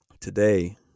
today